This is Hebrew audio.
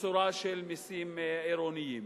בצורה של מסים עירוניים.